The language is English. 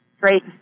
Great